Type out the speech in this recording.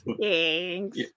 Thanks